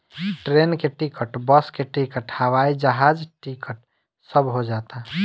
train के ticket, bus के ticket, हवाई जहाज टिकट सब हो जाता